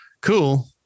cool